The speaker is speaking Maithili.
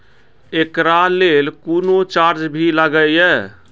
एकरा लेल कुनो चार्ज भी लागैये?